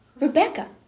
Rebecca